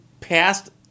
past